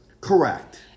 Correct